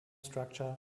structure